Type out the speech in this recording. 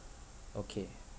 okay